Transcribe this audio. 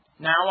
Now